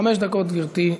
חמש דקות, גברתי,